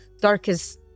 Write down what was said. darkest